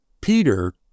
Peter